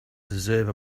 deserve